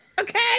Okay